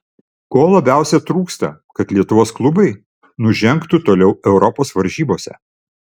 ko labiausiai trūksta kad lietuvos klubai nužengtų toliau europos varžybose